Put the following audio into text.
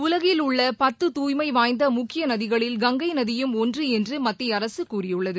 உலகில் உள்ள பத்து தூய்மை வாய்ந்த முக்கிய நதிகளில் கங்கை நதியும் ஒன்று என்று மத்திய அரசு கூறியுள்ளது